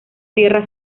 tierras